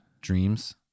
dreams